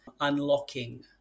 unlocking